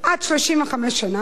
עד 35 שנה,